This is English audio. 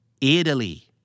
Italy